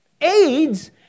AIDS